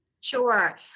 Sure